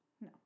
No